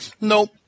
nope